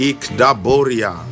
Ikdaboria